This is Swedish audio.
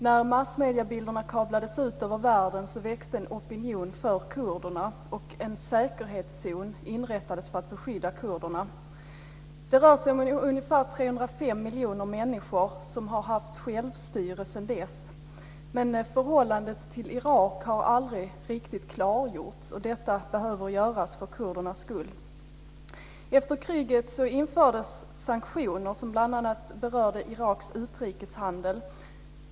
När massmediebilderna kablades ut över världen växte en opinion för kurderna fram, och en säkerhetszon inrättades för att beskydda kurderna. Det rör sig om ungefär 3,5 miljoner människor, som haft självstyre sedan dess. Men förhållandet till Irak har aldrig riktigt klargjorts. Detta behöver göras för kurdernas skull. Efter kriget infördes sanktioner som bl.a. berörde Iraks utrikeshandel.